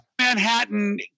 Manhattan